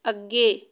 ਅੱਗੇ